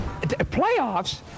Playoffs